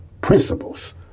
principles